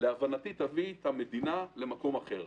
להבנתי תביא את המדינה למקום אחר.